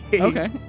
Okay